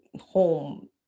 home